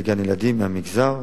לגן-ילדים מהמגזר.